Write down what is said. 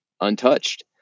untouched